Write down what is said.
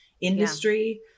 industry